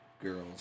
girls